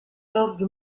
george